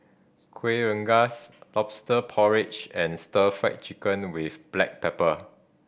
Kuih Rengas Lobster Porridge and Stir Fry Chicken with black pepper